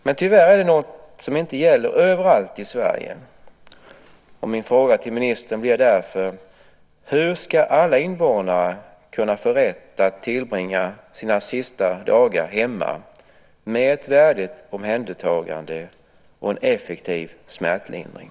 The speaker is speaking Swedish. Men tyvärr är detta något som inte gäller överallt i Sverige, och min fråga till ministern blir därför: Hur ska alla invånare kunna få rätt att tillbringa sina sista dagar hemma med ett värdigt omhändertagande och en effektiv smärtlindring?